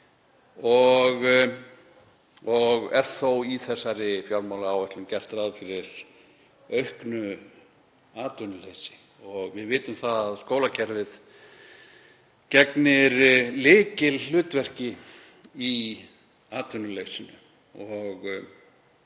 Er þó í þessari fjármálaáætlun gert ráð fyrir auknu atvinnuleysi. Við vitum að skólakerfið gegnir lykilhlutverki í atvinnuleysinu og